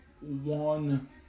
one